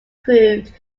proved